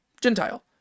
gentile